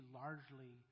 largely